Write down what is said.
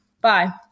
Bye